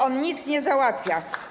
On nic nie załatwia.